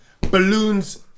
balloons